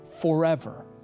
forever